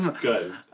Good